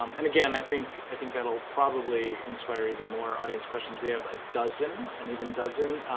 um and, again, i think i think that'll probably inspire even more audience questions. we have a dozen, an even dozen,